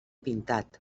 pintat